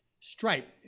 Stripe